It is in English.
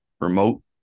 remote